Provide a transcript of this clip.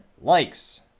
likes